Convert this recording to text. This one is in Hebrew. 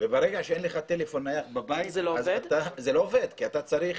ברגע שאין לך טלפון נייח בבית זה לא עובד כי אתה צריך